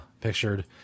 pictured